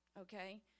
Okay